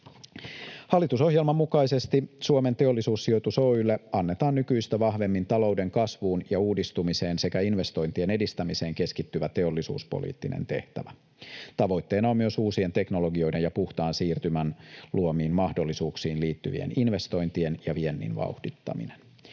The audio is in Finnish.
Hallitusohjelman mukaisesti Suomen Teollisuussijoitus Oy:lle annetaan nykyistä vahvemmin talouden kasvuun ja uudistumiseen sekä investointien edistämiseen keskittyvä teollisuuspoliittinen tehtävä. Tavoitteena on myös uusien teknologioiden ja puhtaan siirtymän luomiin mahdollisuuksiin liittyvien investointien ja viennin vauhdittaminen.